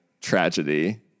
tragedy